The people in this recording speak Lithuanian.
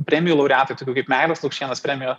premijų laureatai tokių kaip meilės lukšienės premijo